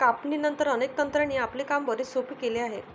कापणीनंतर, अनेक तंत्रांनी आपले काम बरेच सोपे केले आहे